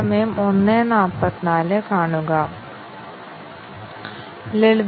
അതിനാൽ ഇത് തെറ്റാണ് b 60 50 ന് കുറവ് തെറ്റാണ്